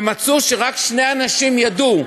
ומצאו שרק שני אנשים ידעו.